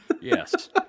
Yes